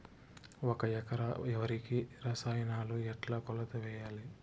ఒక ఎకరా వరికి రసాయనాలు ఎట్లా కొలత వేయాలి?